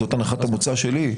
זאת הנחת המוצא שלי,